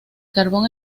carbón